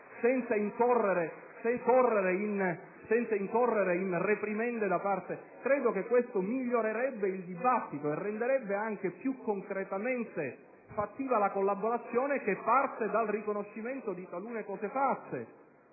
senza incorrere in reprimende; credo che questo migliorerebbe il dibattito e renderebbe anche più concretamente fattiva la collaborazione, che parte dal riconoscimento di talune cose fatte.